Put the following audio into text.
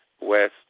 West